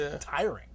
tiring